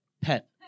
Pet